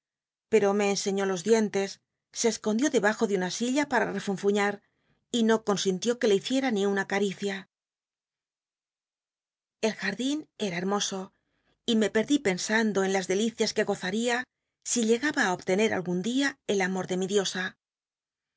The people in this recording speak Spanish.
pero me enseñó los dientes se escondió debajo de una silla para refunfuñar y no consintió que le hiciera ni una c uicia el jar din era hermoso y me perdí pensando en las delicias que gozacia si llegaba á obtener algun dia el amor de mi diosa